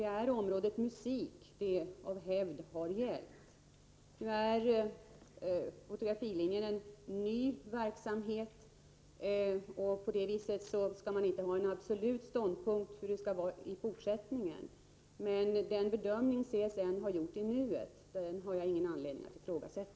Det har av hävd gällt området musik. Fotografilinjen är ju en ny verksamhet. Således skall man inte inta en absolut ståndpunkt när det gäller hur det skall vara i fortsättningen. Den bedömning som CSN har gjort i nuet har jag ingen anledning att ifrågasätta.